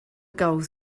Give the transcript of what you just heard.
goals